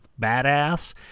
badass